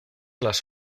las